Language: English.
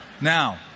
Now